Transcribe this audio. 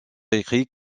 écrit